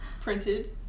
printed